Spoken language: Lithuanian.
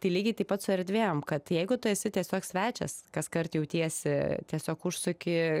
tai lygiai taip pat su erdvėm kad jeigu tu esi tiesiog svečias kaskart jautiesi tiesiog užsuki